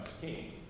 king